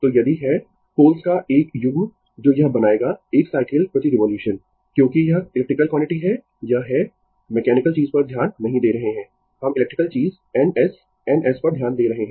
तो यदि है पोल्स का 1 युग्म जो यह बनाएगा 1 साइकल प्रति रिवोल्यूशन क्योंकि यह इलेक्ट्रिकल क्वांटिटी है यह है मैकेनिकल चीज पर ध्यान नहीं दे रहे है हम इलेक्ट्रिकल चीज N S N S पर ध्यान दे रहे है